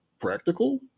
practical